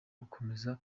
gukomeza